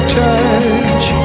touch